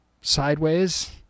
sideways